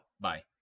Bye